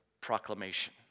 proclamation